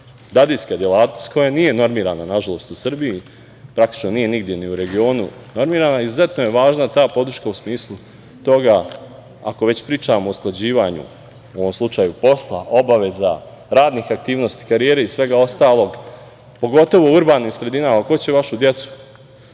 dadiljska delatnost koja nije normirana nažalost u Srbiji, praktično nije nigde ni u regionu normirana. Izuzetno je važna ta podršku u smislu toga, ako već pričamo o usklađivanju, u ovom slučaju posla, obaveza, radnih aktivnosti, karijera i svega ostalog, pogotovo u urbanim sredinama, ko će vašu decu